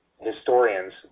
historians